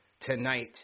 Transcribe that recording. tonight